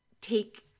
take